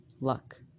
luck